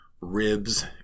ribs